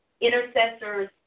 intercessors